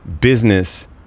business